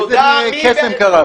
איזה קסם קרה פה?